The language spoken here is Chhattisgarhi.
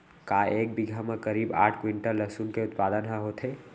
का एक बीघा म करीब आठ क्विंटल लहसुन के उत्पादन ह होथे?